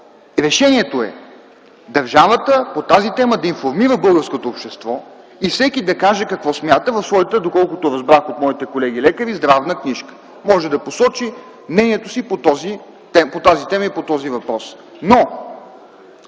решението е държавата по тази тема да информира българското общество и всеки да каже какво смята в своята здравна книжка, доколкото разбрах от моите колеги-лекари. Можем да посочим мнението си по тази тема и по този въпрос.